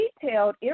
detailed